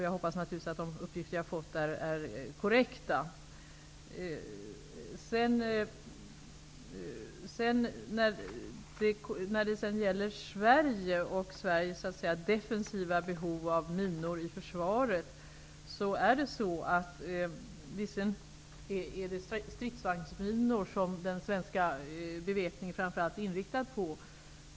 Jag hoppas naturligtvis att de uppgifter jag har fått är korrekta. När det gäller Sverige och Sveriges defensiva behov av minor i försvaret är det visserligen stridsvagnsminor som den svenska beväpningen framför allt är inriktad på.